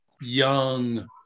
young